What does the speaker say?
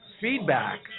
feedback